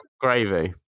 Gravy